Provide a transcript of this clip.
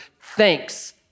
thanks